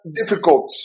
difficult